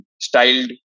styled